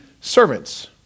servants